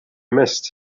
missed